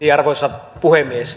arvoisa puhemies